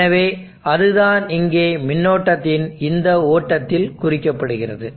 எனவே அதுதான் இங்கே மின்னோட்டத்தின் இந்த ஓட்டத்தில் குறிக்கப்படுகிறது